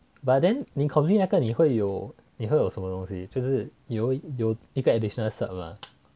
but then 你 complete 那个你会有你会有什么东西就是有有一个 additional cert mah